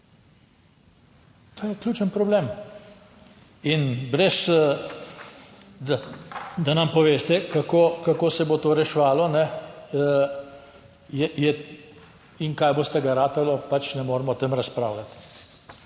To je ključen problem. In brez da nam poveste, kako, kako se bo to reševalo kaj boste ga ratalo, pač ne moremo o tem razpravljati.